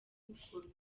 bikorwa